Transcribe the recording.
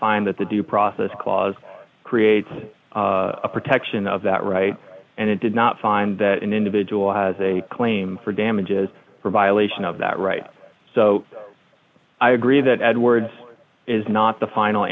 find that the due process clause creates a protection of that right and it did not find that an individual has a claim for damages for a violation of that right so i agree that edward is not the final